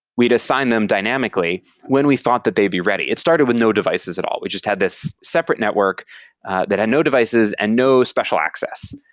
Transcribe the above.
we'd assign them dynamically when we thought that they be ready. it started with no devices at all. we just had this separate network that has no devices and no special access,